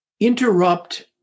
interrupt